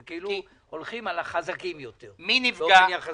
זה כאילו הולכים על החזקים יותר, באופן יחסי.